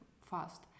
fast